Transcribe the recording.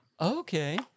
Okay